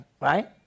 Right